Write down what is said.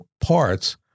parts